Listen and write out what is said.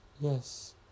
Yes